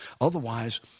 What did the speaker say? Otherwise